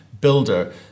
builder